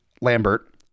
Lambert